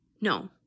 no